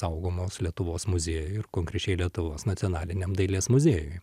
saugomos lietuvos muziejų ir konkrečiai lietuvos nacionaliniam dailės muziejui